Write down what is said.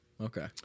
Okay